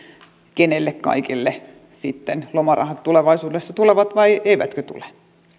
kenelle kaikille sitten lomarahat tulevaisuudessa tulevat tai eivät tule